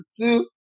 two